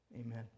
amen